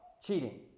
cheating